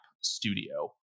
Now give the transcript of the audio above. studio